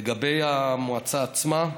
לגבי המועצה עצמה,